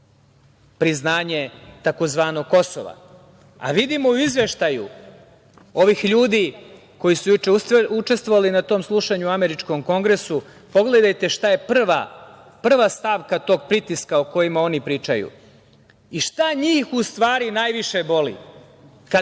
priznanje tzv. Kosova, a vidimo u izveštaju ovih ljudi koji su juče učestvovali na tom slušanju u Američkom kongresu pogledajte šta je prva stavka tog pritiska o kome oni pričaju i šta njih u stvari najviše boli